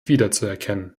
wiederzuerkennen